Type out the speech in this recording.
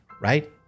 right